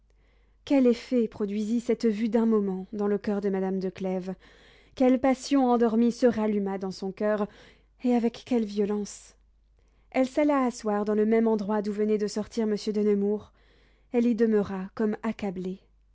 quel effet produisit cette vue d'un moment dans le coeur de madame de clèves quelle passion endormie se ralluma dans son coeur et avec quelle violence elle s'alla asseoir dans le même endroit d'où venait de sortir monsieur de nemours elle y demeura comme accablée